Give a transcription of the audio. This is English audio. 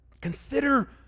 Consider